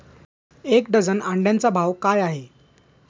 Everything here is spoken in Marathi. एक डझन अंड्यांचा भाव काय आहे?